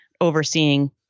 overseeing